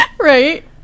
right